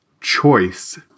choice